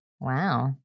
Wow